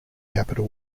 capital